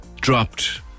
dropped